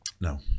No